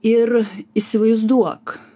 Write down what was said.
ir įsivaizduok